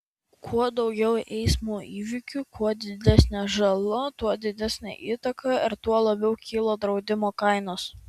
kuo daugiau eismo įvykių kuo didesnė žala tuo didesnė įtaka ir tuo labiau kyla draudimo kainos